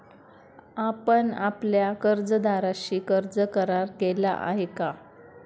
आपण आपल्या कर्जदाराशी कर्ज करार केला आहे का?